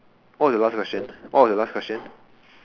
what was the last question what was the last question